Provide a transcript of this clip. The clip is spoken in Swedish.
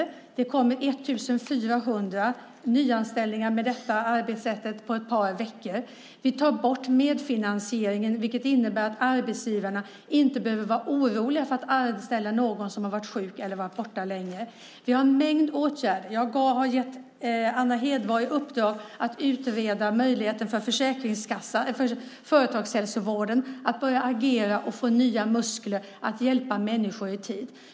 På ett par veckor kommer det 1 400 nyanställningar med detta arbetssätt. Vi tar också bort medfinansieringen, vilket innebär att arbetsgivarna inte behöver vara oroliga för att anställa någon som varit sjuk eller varit borta länge. Vi har en mängd åtgärder. Jag har gett Anna Hedborg i uppdrag att utreda företagshälsovårdens möjligheter att börja agera och få nya muskler för att i tid kunna hjälpa människor.